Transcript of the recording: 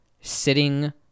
sitting